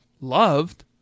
loved